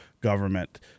government